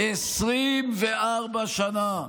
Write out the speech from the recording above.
24 שנה.